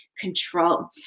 control